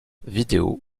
vidéos